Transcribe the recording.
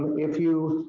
if you,